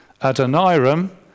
Adoniram